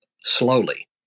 slowly